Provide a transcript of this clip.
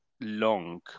long